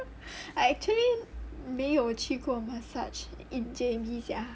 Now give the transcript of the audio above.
I actually 没有去过 massage in J_B sia